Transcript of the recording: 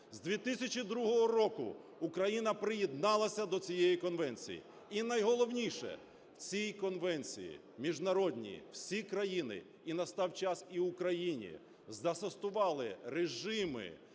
З 2002 року Україна приєдналася до цієї конвенції. І найголовніше. В цій конвенції Міжнародній всі країни, і настав час і Україні, застосували режими